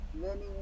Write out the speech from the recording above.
learning